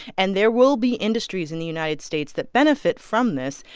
and there will be industries in the united states that benefit from this.